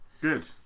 Good